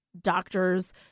doctors